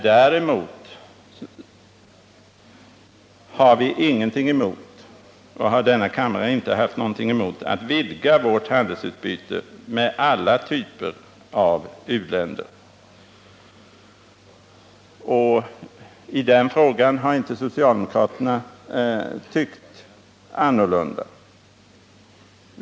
Däremot har denna kammare inte haft någonting emot att vidga vårt handelsutbyte med alla typer av u-länder. I den frågan har inte heller socialdemokraterna tyckt annorlunda.